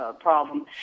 problem